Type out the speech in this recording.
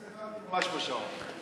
הסתכלתי בשעון.